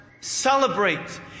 Celebrate